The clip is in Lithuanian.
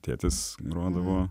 tėtis grodavo